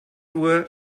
uhr